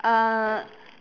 uh